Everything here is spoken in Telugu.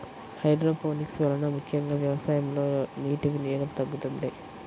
హైడ్రోపోనిక్స్ వలన ముఖ్యంగా వ్యవసాయంలో నీటి వినియోగం తగ్గుతుంది